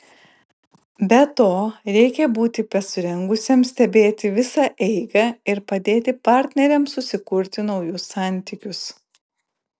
be to reikia būti pasirengusiam stebėti visą eigą ir padėti partneriams susikurti naujus santykius